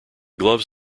gloves